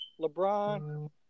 LeBron